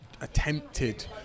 attempted